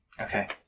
Okay